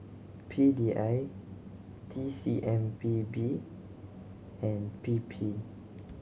P D I T C M P B and P P